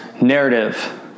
narrative